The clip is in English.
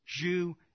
Jew